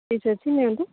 piece ଅଛି ନିଅନ୍ତୁ